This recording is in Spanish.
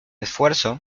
esfuerzo